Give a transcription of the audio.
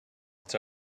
its